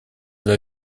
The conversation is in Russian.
для